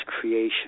creation